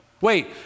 Wait